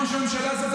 כמו שהממשלה הזאת,